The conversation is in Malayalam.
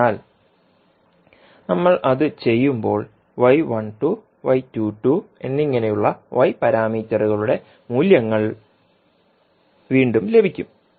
അതിനാൽ നമ്മൾ അത് ചെയ്യുമ്പോൾ y12 y22 എന്നിങ്ങനെയുള്ള y പാരാമീറ്ററുകളുടെ മൂല്യങ്ങൾ വീണ്ടും ലഭിക്കും